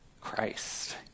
Christ